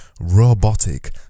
robotic